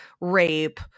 rape